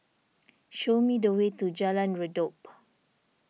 show me the way to Jalan Redop